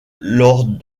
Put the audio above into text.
lors